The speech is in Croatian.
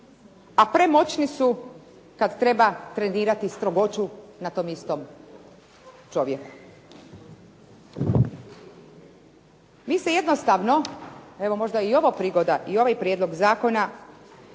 a premoćni su kad treba trenirati strogoću na tom istom čovjeku. Mi se jednostavno, evo možda je i ovo prigoda i ovaj prijedlog zakona